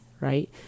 right